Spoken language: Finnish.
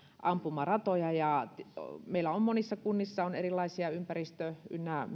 ampumaratoja meillä monissa kunnissa erilaisia ympäristönormeja